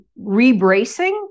rebracing